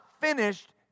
finished